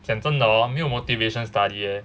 讲真的 hor 真的没有 motivation study eh